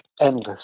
endless